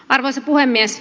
arvoisa puhemies